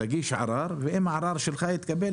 שיגיש ערר ואם הערר יתקבל,